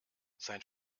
sein